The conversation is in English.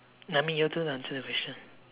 I mean your turn to answer the question